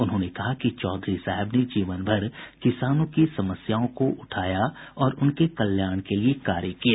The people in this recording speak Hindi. उन्होंने कहा कि चौधरी साहब ने जीवनभर किसानों की समस्याओं को उठाया और उनके कल्याण के लिए कार्य किए